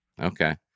Okay